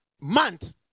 month